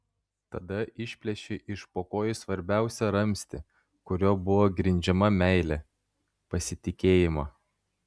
tada išplėšei iš po kojų svarbiausią ramstį kuriuo buvo grindžiama meilė pasitikėjimą